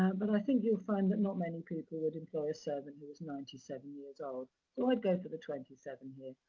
um but i think you'll find that not many people would employ a servant who was ninety seven years old. so, i'd go for the twenty seven here.